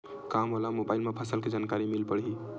का मोला मोबाइल म फसल के जानकारी मिल पढ़ही?